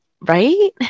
right